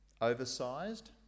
oversized